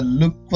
look